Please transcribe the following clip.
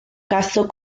casó